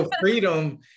freedom